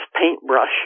paintbrush